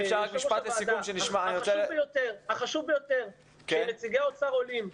הדבר החשוב ביותר כאשר נציגי האוצר עולים,